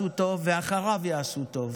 ולפניו עשו טוב ואחריו יעשו טוב.